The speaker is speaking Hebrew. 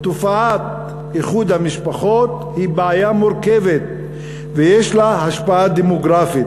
"תופעת איחוד המשפחות היא בעיה מורכבת ויש לה השפעה דמוגרפית.